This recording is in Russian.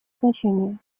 значение